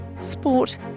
sport